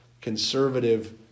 conservative